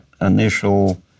initial